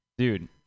dude